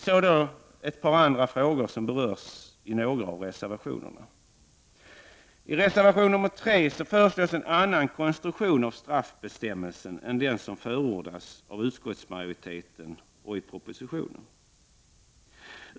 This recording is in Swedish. Så ett par andra frågor som berörs i några av reservationerna. I reservation 3 föreslås en annan konstruktion av straffbestämmelsen än den som förordas av utskottsmajoriteten och i propositionen.